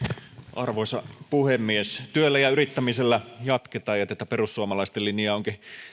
arvoisa puhemies työllä ja yrittämisellä jatketaan ja tätä perussuomalaisten linjaa